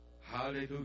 Hallelujah